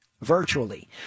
virtually